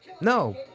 No